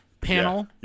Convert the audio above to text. panel